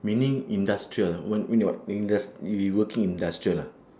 meaning industrial ah when you not indus~ you you working in industrial ah